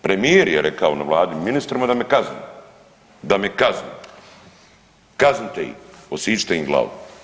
Premijer je rekao na vladi ministrima da me kazne, da me kazne, kaznite ih, odsičite im glavu.